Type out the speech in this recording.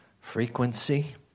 frequency